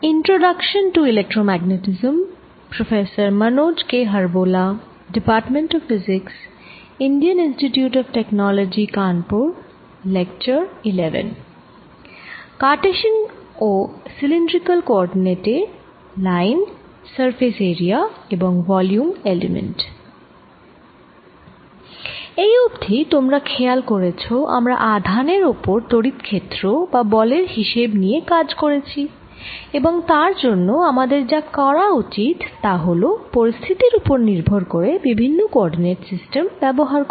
এই অবধি তোমরা খেয়াল করেছ আমরা আধানের ওপর তড়িৎ ক্ষেত্র বা বলের হিসেব নিয়ে কাজ করেছি এবং তার জন্যে আমাদের যা করা উচিত তা হলো পরিস্থিতির ওপর নির্ভর করে বিভিন্ন কোঅরডিনেট সিস্টেম ব্যবহার করা